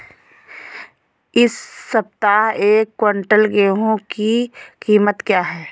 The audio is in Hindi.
इस सप्ताह एक क्विंटल गेहूँ की कीमत क्या है?